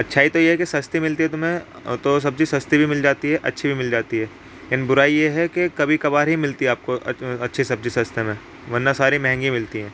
اچھائی تو یہ ہے کہ سستی ملتی ہے تو میں تو سبزی سستی بھی مل جاتی ہے اچھی بھی مل جاتی ہے لیکن برائی یہ ہے کہ کبھی کبھار ہی ملتی ہے آپ کو اچھی سبزی سستے میں ورنہ ساری مہنگی ہی ملتی ہیں